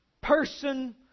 person